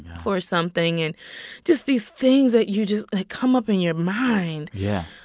for something. and just, these things that you just that come up in your mind. yeah.